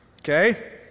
Okay